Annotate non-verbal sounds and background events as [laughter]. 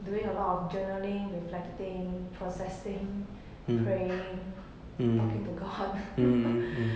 doing a lot of journaling reflecting processing praying talking to god [laughs]